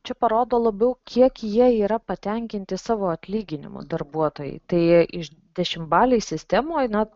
čia parodo labiau kiek jie yra patenkinti savo atlyginimu darbuotojai tai iš dešimtbalėj sistemoj na